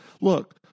Look